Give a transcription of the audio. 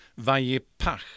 Vayipach